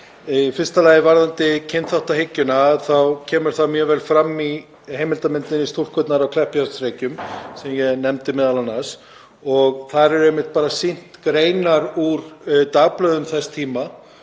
fyrsta lagi varðandi kynþáttahyggjuna þá kemur hún mjög vel fram í heimildamyndinni Stúlkurnar á Kleppjárnsreykjum, sem ég nefndi meðal annars. Þar eru sýndar greinar úr dagblöðum þess tíma